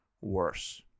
worse